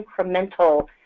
incremental